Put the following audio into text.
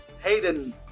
Hayden